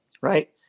Right